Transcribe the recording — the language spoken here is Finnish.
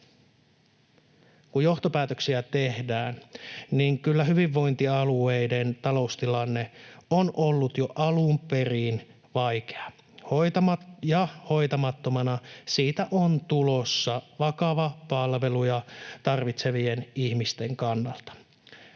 Kun johtopäätöksiä tehdään, niin kyllä hyvinvointialueiden taloustilanne on ollut jo alun perin vaikea, ja hoitamattomana siitä on tulossa vakava palveluja tarvitsevien ihmisten kannalta.